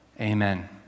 amen